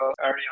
area